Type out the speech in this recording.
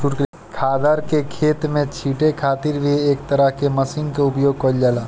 खादर के खेत में छींटे खातिर भी एक तरह के मशीन के उपयोग कईल जाला